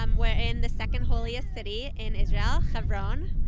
um we're in the second holiest city in israel hebron.